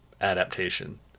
adaptation